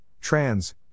trans